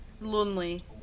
lonely